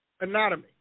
anatomy